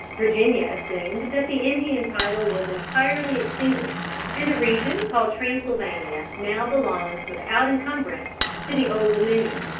virginia assumed that the indian title was entirely extinguished, and the region called transylvania now belonged without encumbrance to the old dominion.